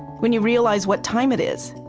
when you realize what time it is,